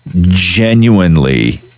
genuinely